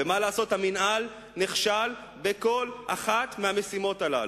ומה לעשות, המינהל נכשל בכל אחת מהמשימות הללו.